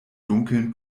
dunkeln